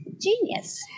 genius